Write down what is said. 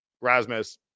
rasmus